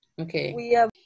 Okay